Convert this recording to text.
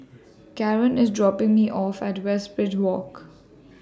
Karon IS dropping Me off At Westridge Walk